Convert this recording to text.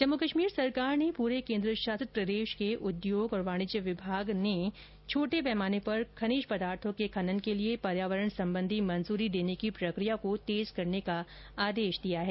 जम्मू कश्मीर सरकार ने पूरे केन्द्र शासित प्रदेश के उद्योग और वाणिज्य विभाग ने छोटे पैमाने पर खनिज पदार्थों के खनन के लिए पर्यावरण संबंधी मंजूरी देने की प्रक्रिया को तेज करने का आदेश दिया है